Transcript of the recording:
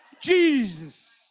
Jesus